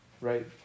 right